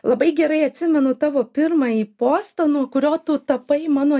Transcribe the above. labai gerai atsimenu tavo pirmąjį postą nuo kurio tu tapai mano